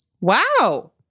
Wow